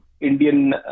Indian